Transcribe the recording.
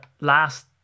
last